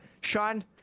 Sean